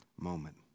moment